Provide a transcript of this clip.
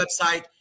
website